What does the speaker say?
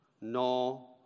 No